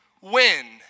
win